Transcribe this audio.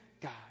God